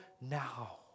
now